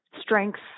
strengths